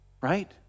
Right